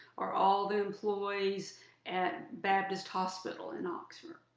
or all the employees at baptist hospital in oxford.